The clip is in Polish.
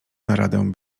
naradę